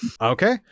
Okay